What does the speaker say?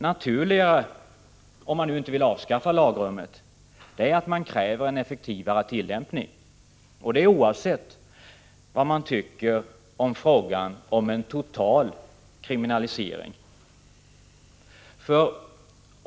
Naturligare är, om man nu inte vill avskaffa lagrummet, att man kräver en effektivare tillämpning, oavsett vad man tycker om frågan om en total kriminalisering.